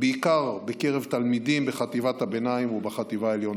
בעיקר בקרב תלמידים בחטיבת הביניים ובחטיבה העליונה.